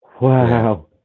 Wow